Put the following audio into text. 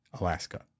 Alaska